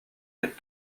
les